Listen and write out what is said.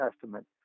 Testament